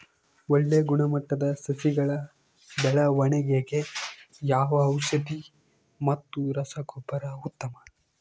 ಒಳ್ಳೆ ಗುಣಮಟ್ಟದ ಸಸಿಗಳ ಬೆಳವಣೆಗೆಗೆ ಯಾವ ಔಷಧಿ ಮತ್ತು ರಸಗೊಬ್ಬರ ಉತ್ತಮ?